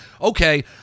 okay